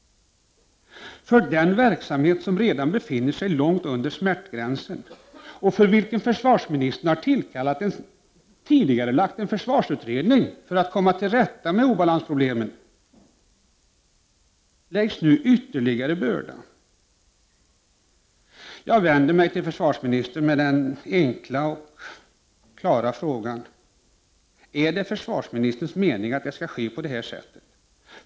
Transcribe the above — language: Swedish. På den verksamhet som redan befinner sig långt över smärtgränsen — och för vilken försvarsministern har tidigarelagt en försvarsutredning för att man skall komma till rätta med obalanserna — läggs nu ytterligare en börda. Jag vänder mig till försvarsministern med frågan: Är det försvarsministerns mening att det skall ske på det här sättet?